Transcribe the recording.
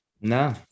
No